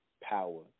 power